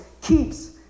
keeps